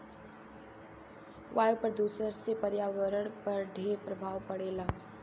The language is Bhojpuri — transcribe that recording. वायु प्रदूषण से पर्यावरण पर ढेर प्रभाव पड़ेला